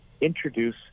introduce